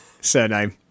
surname